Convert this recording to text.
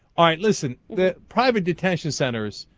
on listen the private detention centers